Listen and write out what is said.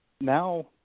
now